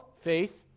Faith